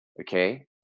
okay